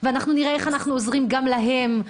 שתראו איך עוזרים גם להם.